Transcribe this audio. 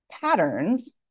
patterns